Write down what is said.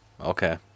Okay